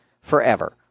forever